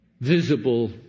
visible